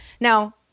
Now